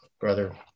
brother